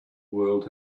world